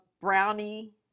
brownie